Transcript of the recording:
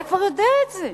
אתה כבר יודע את זה.